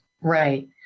Right